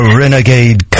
renegade